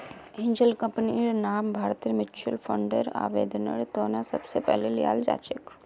angel कम्पनीर नाम भारतत म्युच्युअल फंडर आवेदनेर त न सबस पहले ल्याल जा छेक